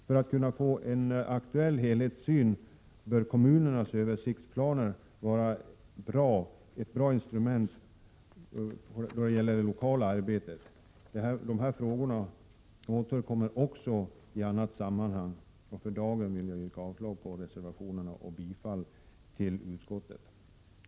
För att kunna få en aktuell helhetssyn bör kommunernas översiktsplaner vara ett bra instrument i det lokala arbetet. Dessa frågor återkommer också i annat sammanhang. För dagen vill jag yrka avslag på reservationerna och bifall till utskottets hemställan.